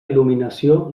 il·luminació